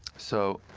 so